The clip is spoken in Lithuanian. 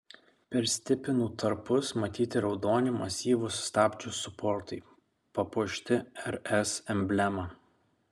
per stipinų tarpus matyti raudoni masyvūs stabdžių suportai papuošti rs emblema